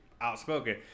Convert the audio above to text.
outspoken